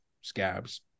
scabs